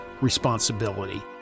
responsibility